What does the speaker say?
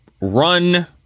run